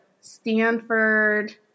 Stanford